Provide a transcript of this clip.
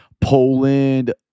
Poland